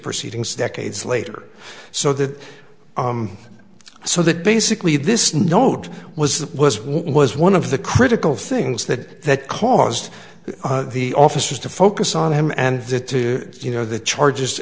proceedings decades later so that so that basically this note was that was was one of the critical things that caused the officers to focus on him and that to you know the charges